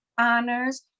honors